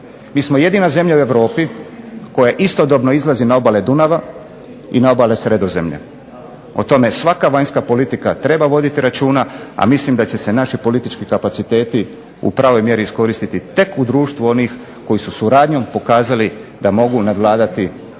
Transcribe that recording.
Mi smo jedina zemlja u Europi koja istodobno izlazi na obale Dunava i na obale Sredozemlja. O tome svaka vanjska politika treba voditi računa, a mislim da će se naši politički kapaciteti u pravoj mjeri iskoristiti tek u društvu onih koji su suradnjom pokazali da mogu nadvladati